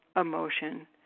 emotion